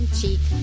cheek